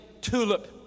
tulip